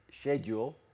schedule